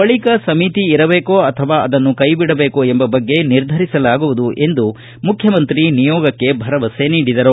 ಬಳಿಕ ಸಮಿತಿ ಇರಬೇಕೋ ಅಥವಾ ಅದನ್ನು ಕೈ ಬಿಡಬೇಕೊ ಎಂಬ ಬಗ್ಗೆ ನಿರ್ಧರಿಸಲಾಗುವುದು ಎಂದು ಮುಖ್ಯಮಂತ್ರಿ ಭರವಸೆ ನೀಡಿದರು